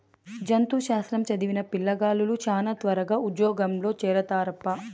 జంతు శాస్త్రం చదివిన పిల్లగాలులు శానా త్వరగా ఉజ్జోగంలో చేరతారప్పా